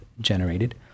generated